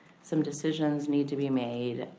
some decisions need to be made